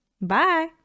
bye